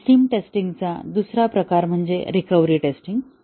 system testing चा दुसरा प्रकार म्हणजे रिकव्हरी टेस्टिंग